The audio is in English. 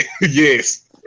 yes